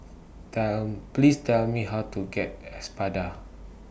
Tell Please Tell Me How to get Espada